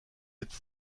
êtes